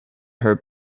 her